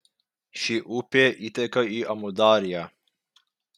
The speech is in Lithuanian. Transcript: ši upė įteka į amudarją